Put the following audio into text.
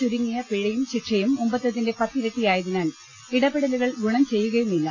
ചുരു ങ്ങിയ പിഴയും ശിക്ഷയും മുമ്പത്തേതിന്റെ പത്തിരട്ടിയായതിനാൽ ഇടപെടലുകൾ ഗുണം ചെയ്യുകയുമില്ല